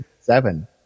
seven